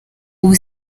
ubu